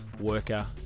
worker